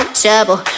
trouble